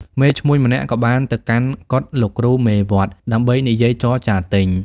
មេឈ្មួញម្នាក់ក៏បានទៅកាន់កុដិលោកគ្រូមេវត្តដើម្បីនិយាយចរចារទិញ។